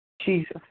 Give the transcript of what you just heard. Jesus